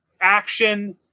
action